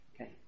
Okay